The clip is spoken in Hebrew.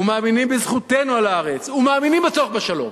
מאמינים בזכותנו על הארץ ומאמינים בצורך בשלום.